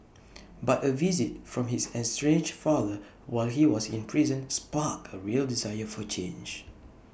but A visit from his estranged father while he was in prison sparked A real desire for change